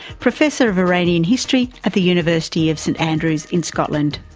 professor of iranian history at the university of st andrews in scotland.